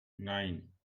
nine